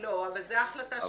לא, אבל זה כבר החלטה שיפוטית.